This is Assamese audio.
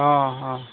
অ অ